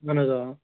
اَہَن حظ آ